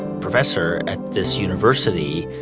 professor at this university.